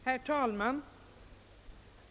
Herr talman!